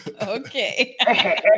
okay